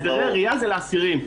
הסדרי ראייה זה לאסירים.